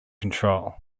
control